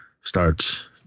starts